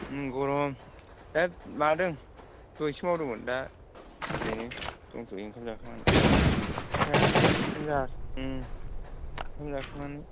गरम दा लादों दहायसो मावदोंमोन दा ओरैनो दंथ'यो ओंखाम जाखांनानै अखा हायाखै ओंखाम ओंखाम जाखांनानै